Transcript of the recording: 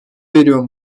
veriyor